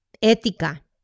ética